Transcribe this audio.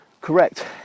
Correct